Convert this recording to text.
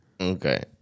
Okay